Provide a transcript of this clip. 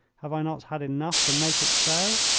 have i not had enough to make it so?